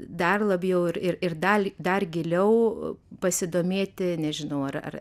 dar labiau ir ir dalį dar giliau pasidomėti nežinau ar ar